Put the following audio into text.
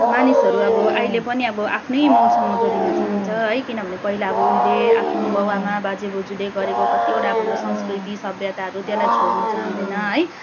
मानिसहरू अब अहिले पनि अब आफ्नै मूलसँग जोडिन चाहन्छ है किनभने पहिला अब उहिले आफ्नो बाउ आमा बाजे बोजूले गरेको कतिवटा अब हाम्रो संस्कृति सभ्यताहरू त्यसलाई छोड्नु चाहँदैन है